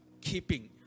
keeping